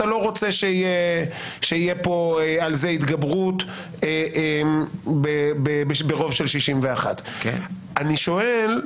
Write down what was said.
אתה לא רוצה שיהיה פה על זה התגברות ברוב של 61. אני שואל,